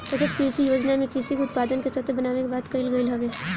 सतत कृषि योजना में कृषि के उत्पादन के सतत बनावे के बात कईल गईल हवे